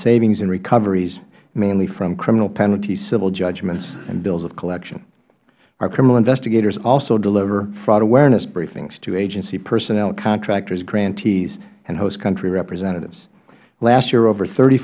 savings and recoveries mainly from criminal penalties civil judgments and bills of collection our criminal investigators also deliver fraud awareness briefings to agency personnel contractors grantees and host country representatives last year over th